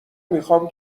میخام